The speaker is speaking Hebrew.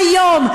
היום,